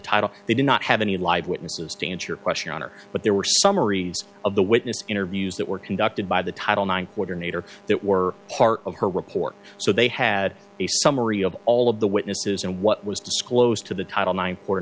title they do not have any live witnesses to answer your question are but there were summaries of the witness interviews that were conducted by the title nine quarter nater that were part of her report so they had a summary of all of the witnesses and what was disclosed to the title nine por